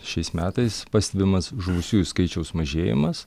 šiais metais pastebimas žuvusiųjų skaičiaus mažėjimas